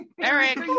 Eric